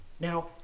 Now